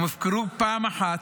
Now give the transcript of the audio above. הם הופקרו פעם אחת.